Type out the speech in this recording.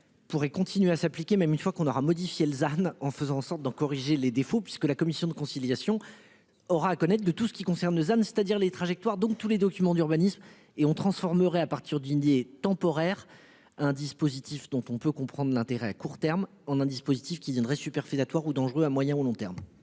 Pourrait continuer à s'appliquer même une fois qu'on aura modifié l'âne en faisant en sorte d'en corriger les défauts puisque la commission de conciliation aura à connaître de tout ce qui concerne Lausanne c'est-à-dire les trajectoires donc tous les documents d'urbanisme et on transformerait à partir Didier temporaire. Un dispositif dont on peut comprendre l'intérêt à court terme on un dispositif qui viendrait superfétatoire ou dangereux à moyen ou long terme.